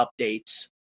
updates